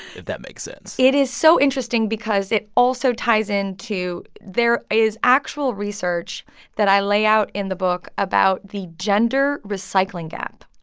if that makes sense it is so interesting because it also ties in to there is actual research that i lay out in the book about the gender recycling gap